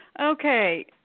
Okay